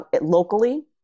locally